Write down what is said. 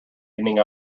ending